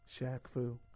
Shaq-Fu